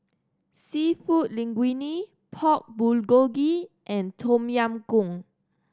Seafood Linguine Pork Bulgogi and Tom Yam Goong